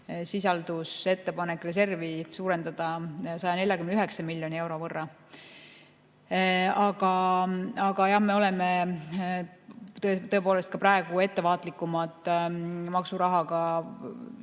taheti reservi suurendada 149 miljoni euro võrra. Aga jah, me oleme tõepoolest praegu ettevaatlikumad maksurahaga